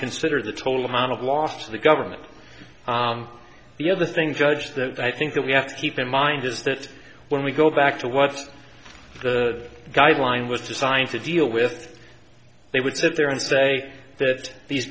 consider the total amount of loss of the government the other thing judge that i think that we have to keep in mind is that when we go back to what the guideline was designed to deal with they would sit there and say that these